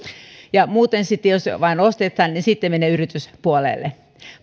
muuten jos vain ostetaan niin sitten menee yrityspuolelle